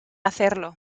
hacerlo